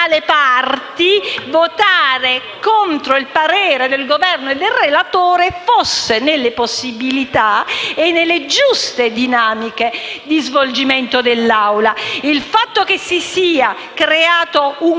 dialettica tra le parti, votare contro il parere del Governo e del relatore fosse nelle possibilità e nelle giuste dinamiche di svolgimento dei lavori dell'Assemblea. Il fatto che si sia creato un